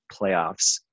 playoffs